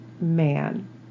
man